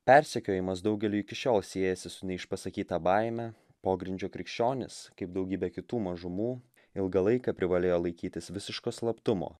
persekiojimas daugeliui iki šiol siejasi su neišpasakyta baime pogrindžio krikščionys kaip daugybė kitų mažumų ilgą laiką privalėjo laikytis visiško slaptumo